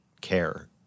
care